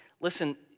listen